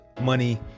money